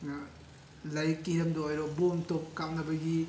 ꯂꯥꯏꯔꯤꯛꯀꯤ ꯍꯤꯔꯝꯗ ꯑꯣꯏꯔꯣ ꯕꯣꯝ ꯇꯣꯞ ꯀꯥꯞꯅꯕꯒꯤ